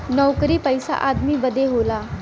नउकरी पइसा आदमी बदे होला